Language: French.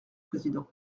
président